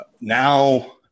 now